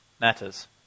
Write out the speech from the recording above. Matters